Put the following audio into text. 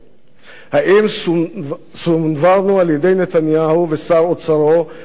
האם סונוורנו על-ידי נתניהו ושר אוצרו המהנהן?